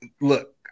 Look